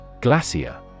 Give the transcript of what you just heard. Glacier